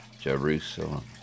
Jerusalem